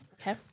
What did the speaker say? Okay